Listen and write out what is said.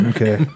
Okay